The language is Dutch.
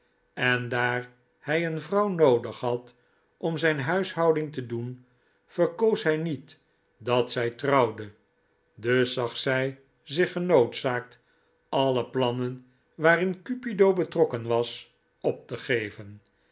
en daar hij een vrouw noodig had om zijn huishouding te doen verkoos hij niet dat zij trouwde dus zag zij zich genoodzaakt alle plannen waarin cupido betrokken was op te geven